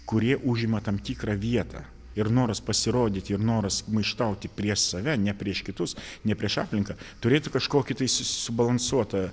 kurie užima tam tikrą vietą ir noras pasirodyti ir noras maištauti prieš save ne prieš kitus ne prieš aplinką turėtų kažkokį tai su subalansuotą